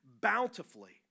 bountifully